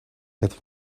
het